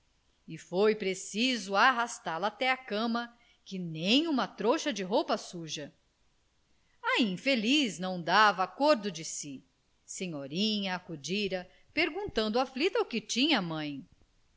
e foi preciso arrastá la até a cama que nem uma trouxa de roupa suja a infeliz não dava acordo de si senhorinha acudira perguntando aflita o que tinha a mãe